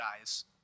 eyes